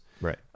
Right